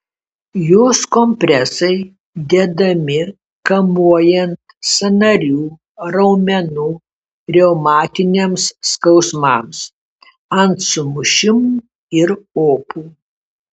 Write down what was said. jos kompresai dedami kamuojant sąnarių raumenų reumatiniams skausmams ant sumušimų ir opų